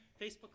Facebook